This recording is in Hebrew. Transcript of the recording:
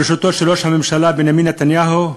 בראשותו של ראש הממשלה בנימין נתניהו,